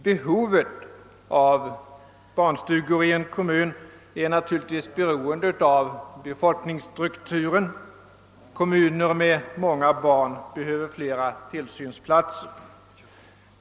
Behovet av barnstugor i en kommun är naturligtvis beroende av befolkningsstrukturen; kommuner med många barn behöver flera tillsynsplatser.